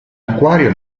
acquario